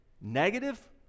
negative